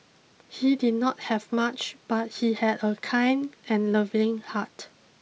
he did not have much but he had a kind and loving heart